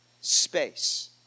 space